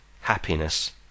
happiness